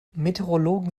meteorologen